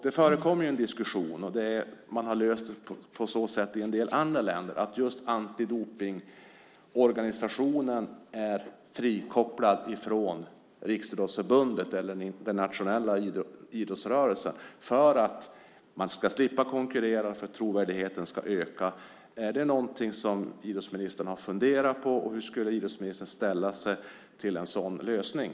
Det förekommer en diskussion, och frågan har i andra länder lösts så att just antidopningsorganisationen är frikopplad från den nationella idrottsrörelsen. På så sätt ska man slippa konkurrera och trovärdigheten ska öka. Är det något som idrottsministern har funderat på? Hur skulle idrottsministern ställa sig till en sådan lösning?